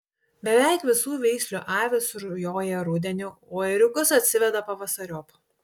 beveik visų veislių avys rujoja rudenį o ėriukus atsiveda pavasariop